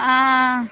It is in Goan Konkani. आं